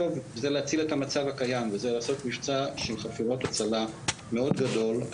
זה להציל את המצב הקיים וזה לעשות מבצע של חפירות הצלה מאוד גדול.